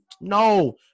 No